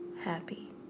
happy